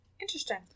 Interesting